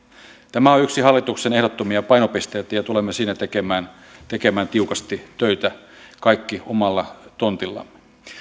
tämä on yksi hallituksen ehdottomia painopisteitä ja ja tulemme siinä tekemään tekemään tiukasti töitä kaikki omalla tontillamme